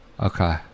Okay